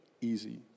easy